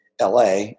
LA